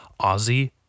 Ozzy